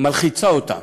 מלחיצים אותה,